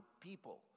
people